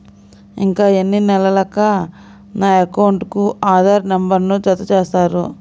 ఇంకా ఎన్ని నెలలక నా అకౌంట్కు ఆధార్ నంబర్ను జత చేస్తారు?